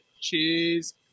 Cheers